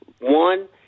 One